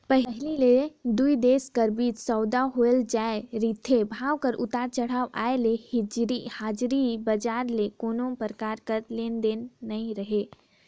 पहिली ले दुई देश कर बीच सउदा होए जाए रिथे, भाव कर उतार चढ़ाव आय ले हाजरी बजार ले कोनो परकार कर लेना देना नी रहें